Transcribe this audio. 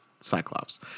Cyclops